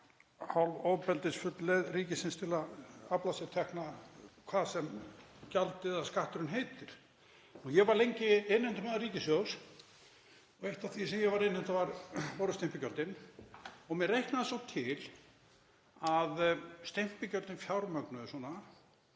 hálfofbeldisfull leið ríkisins til að afla sér tekna hvað sem gjaldið eða skatturinn heitir. Ég var lengi innheimtumaður ríkissjóðs og eitt af því sem ég var að innheimta voru stimpilgjöldin. Mér reiknaðist svo til að stimpilgjöldin fjármögnuðu svona